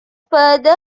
further